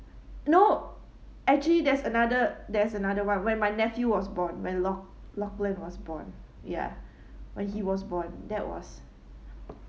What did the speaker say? no actually there's another there's another one when my nephew was born when loch~ lochlan was born ya when he was born that was